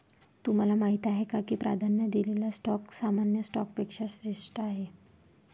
तुम्हाला माहीत आहे का की प्राधान्य दिलेला स्टॉक सामान्य स्टॉकपेक्षा श्रेष्ठ आहे?